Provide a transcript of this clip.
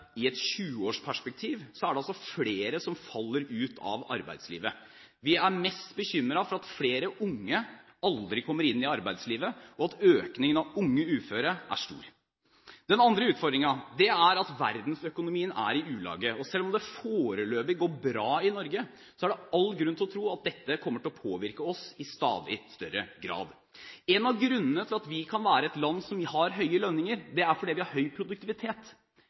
i et 20-årsperspektiv er det flere som faller ut av arbeidslivet. Vi er mest bekymret for at flere unge aldri kommer inn i arbeidslivet, og at økningen av unge uføre er stor. Den andre utfordringen er at verdensøkonomien er i ulage. Selv om det foreløpig går bra i Norge, er det all grunn til å tro at dette kommer til å påvirke oss i stadig større grad. En av grunnene til at vi kan være et land som har høye lønninger, er at vi har høy produktivitet.